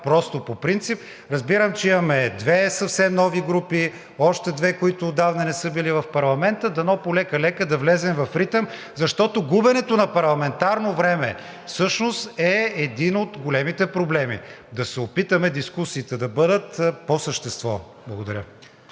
просто по принцип. Разбирам, че имаме две съвсем нови групи, още две, които отдавна не са били в парламента. Дано полека-лека да влезем в ритъм, защото губенето на парламентарно време всъщност е един от големите проблеми. Да се опитаме дискусиите да бъдат по същество. Благодаря.